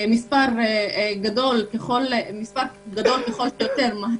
במשבר של 2008